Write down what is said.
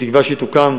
בתקווה שהיא תוקם